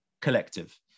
collective